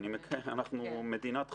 אנחנו מדינת חוק.